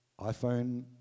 iPhone